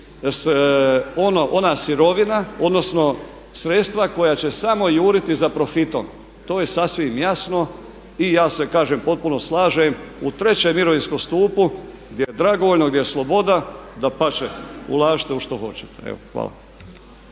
ona sirovina odnosno sredstva koja će samo juriti za profitom. To je sasvim jasno i ja se kažem potpuno slažem u trećem mirovinskom stupu gdje je dragovoljno, gdje je sloboda dapače, ulažite u što hoćete. Evo